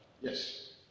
yes